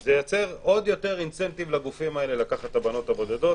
זה ייצר עוד יותר אינסנטיב לגופים האלה לקחת את הבנות הבודדות.